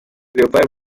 leopold